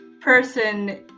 person